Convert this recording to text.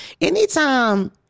Anytime